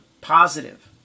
positive